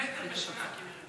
ההצעה להעביר את